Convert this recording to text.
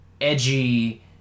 edgy